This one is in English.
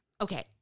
Okay